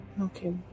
okay